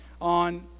on